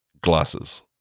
glasses